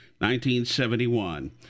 1971